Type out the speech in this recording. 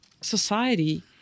society